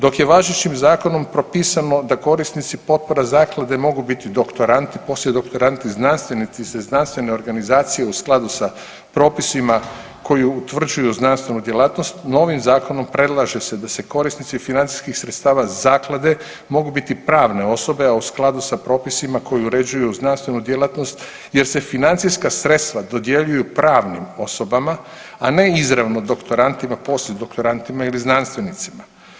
Dok je važećim zakonom propisano da korisnici potpora zaklade mogu biti doktoranti, poslijedoktoranti znanstvenici te znanstvene organizacije u skladu sa propisima koji utvrđuju znanstvenu djelatnost, novim zakonom predlaže se da se korisnici financijskih sredstava zaklade mogu biti pravne osobe a u skladu sa propisima koji uređuju znanstvenu djelatnost jer se financijska sredstva dodjeljuju pravnim osobama, a ne izravno doktorantima, poslijedoktorantima ili znanstvenicima.